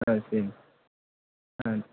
ஆ சரிங்க ஆ